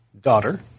daughter